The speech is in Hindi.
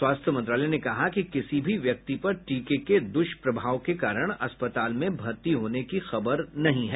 स्वास्थ्य मंत्रालय ने कहा कि किसी भी व्यक्ति पर टीके के दुष्प्रभाव के कारण अस्पताल में भर्ती होने की खबर नहीं है